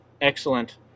excellent